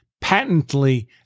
patently